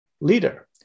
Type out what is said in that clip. leader